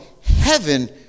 heaven